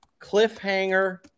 cliffhanger